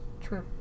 True